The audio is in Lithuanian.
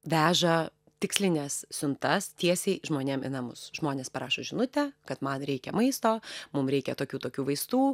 veža tikslines siuntas tiesiai žmonėm į namus žmonės parašo žinutę kad man reikia maisto mum reikia tokių tokių vaistų